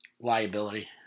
liability